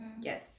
Yes